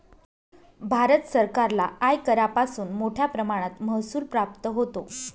भारत सरकारला आयकरापासून मोठया प्रमाणात महसूल प्राप्त होतो